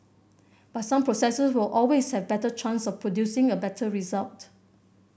but some processes will always have better chance of producing a better result